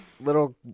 little